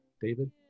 David